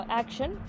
action